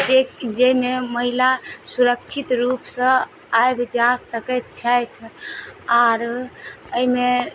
जैमे महिला सुरक्षित रूपसँ आबि जा सकैत छथि आओर अइमे